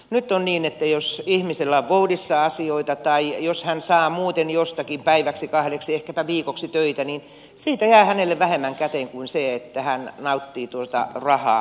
nyt on niin että jos ihmisellä on voudissa asioita tai jos hän saa muuten jostakin päiväksi kahdeksi ehkäpä viikoksi töitä niin siitä jää hänelle vähemmän käteen kuin siitä jos hän nauttii tuota rahaa kotonaan